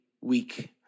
week